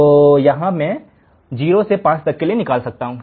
तो यहाँ मैं 0 से 5 तक के लिए निकाल सकता हूं